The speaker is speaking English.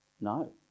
No